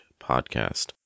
podcast